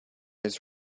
his